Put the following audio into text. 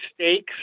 stakes